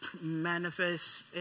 manifest